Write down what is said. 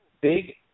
Big